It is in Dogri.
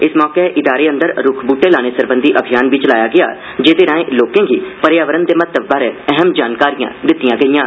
इस मौके इदारे अंदर रूक्ख बूहटे लाने सरबंधी अभियान बी चलाया गेआ जेहदे राए लोकें गी पर्यावरण दे महत्व बारै अहम जानकारिआं दित्तिआं गेईआं